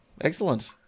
Excellent